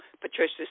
Patricia